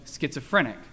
schizophrenic